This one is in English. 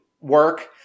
work